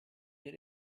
mir